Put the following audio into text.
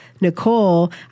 Nicole